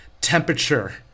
temperature